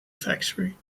factory